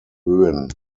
höhen